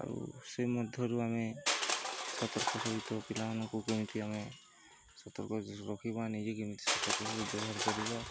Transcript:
ଆଉ ସେ ମଧ୍ୟରୁ ଆମେ ସତର୍କ ସହିତ ପିଲାମାନଙ୍କୁ କେମିତି ଆମେ ସତର୍କ ରଖିବା ନିଜେ କେମିତି ସତର୍କର ସହ ସବୁ ବ୍ୟବହାର କରିବା